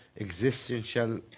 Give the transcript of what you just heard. existential